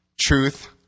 truth